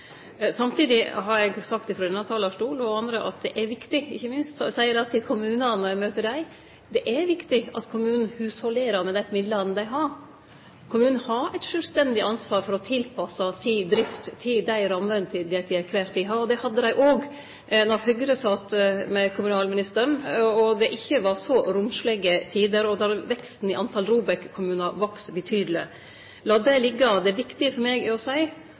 Samtidig har eg sagt frå denne og andre talarstolar at det er viktig – ikkje minst seier eg det til kommunane når eg møter dei – at kommunane hushalderer med dei inntektene dei har. Kommunen har eit sjølvstendig ansvar for å tilpasse drifta si til dei rammene dei til kvar tid har. Det hadde dei òg då Høgre sat med kommunalministeren og det ikkje var så romslege tider og talet på ROBEK-kommunar voks betydeleg. Lat det liggje. Det er viktig for meg å seie